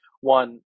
One